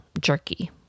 jerky